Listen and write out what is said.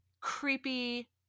creepy